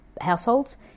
households